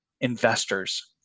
investors